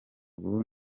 ubu